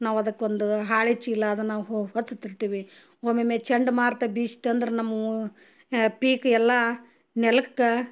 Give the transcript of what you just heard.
ನಾವು ಅದಕ್ಕೊಂದು ಹಾಳೆ ಚೀಲ ಅದನ್ನ ನಾವು ಹೊತ್ತು ತರ್ತೀವಿ ಒಮ್ಮೊಮ್ಮೆ ಚಂಡ್ಮಾರುತ ಬೀಸ್ತ್ ಅಂದ್ರೆ ನಮ್ಮೂ ಪೀಕ್ ಎಲ್ಲಾ ನೆಲುಕ್ಕ